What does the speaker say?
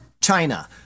China